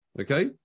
Okay